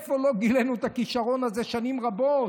לא גילינו את הכישרון הזה שנים רבות.